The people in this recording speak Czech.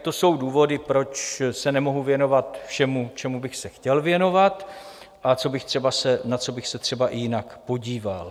To jsou důvody, proč se nemohu věnovat všemu, čemu bych se chtěl věnovat a na co bych se třeba i jinak podíval.